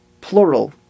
plural